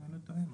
אם אינני טועה.